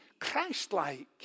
Christ-like